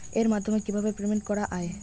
এর মাধ্যমে কিভাবে পেমেন্ট করা য়ায়?